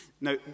Now